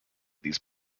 these